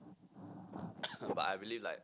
but I believe like